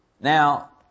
Now